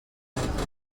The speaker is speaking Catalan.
contijoch